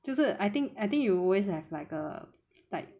就是 I think I think you will always have like a like